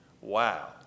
Wow